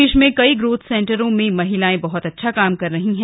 प्रदेश में कई ग्रोथ सेंटरों में महिलाएं बहुत अच्छा काम कर रही हैं